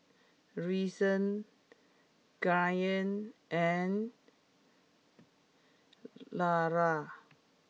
Reason Grant and Lara